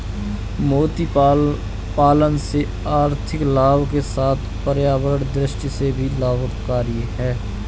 मोती पालन से आर्थिक लाभ के साथ पर्यावरण दृष्टि से भी लाभकरी है